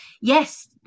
yes